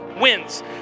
wins